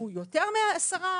הוא יותר מעשרה,